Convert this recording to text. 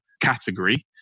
category